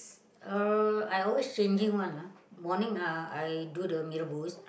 uh I always changing one lah morning uh I do the mee-Rebus